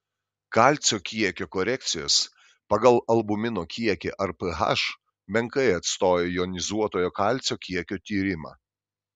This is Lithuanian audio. kalcio kiekio korekcijos pagal albumino kiekį ar ph menkai atstoja jonizuotojo kalcio kiekio tyrimą